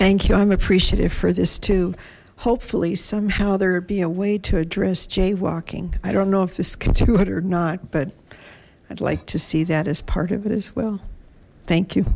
thank you i'm appreciative for this hopefully somehow there would be a way to address jaywalking i don't know if this can do it or not but i'd like to see that as part of it as well thank you